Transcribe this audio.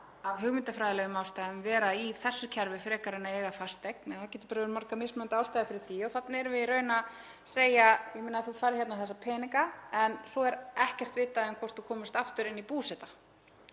af hugmyndafræðilegum ástæðum vera í þessu kerfi frekar en að eiga fasteign. Það geta verið margar mismunandi ástæður fyrir því og þarna erum við í raun að segja: Þú færð hérna þessa peninga en svo er ekkert vitað hvort þú komist aftur inn í Búseta.